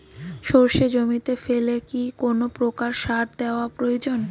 সর্ষে জমিতে ফেলে কি কোন প্রকার সার দেওয়া প্রয়োজন?